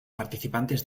participantes